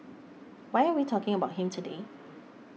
why are we talking about him today